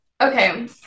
okay